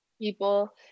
people